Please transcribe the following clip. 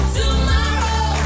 tomorrow